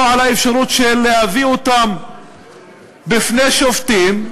או על האפשרות להביא אותם בפני שופטים,